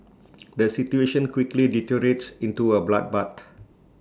the situation quickly deteriorates into A bloodbath